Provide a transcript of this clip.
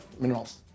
minerals